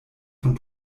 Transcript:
von